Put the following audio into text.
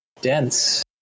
Dense